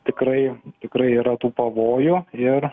tikrai tikrai yra tų pavojų ir